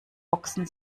boxen